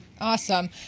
Awesome